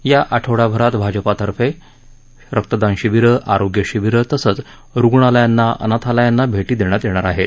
या ठवडाभरात भाजपातर्फे रक्तदान शिबिरं रोग्य शिबिरं तसंच रुग्णालयांना अनाथालयांना भेटी देण्यात येणार हेत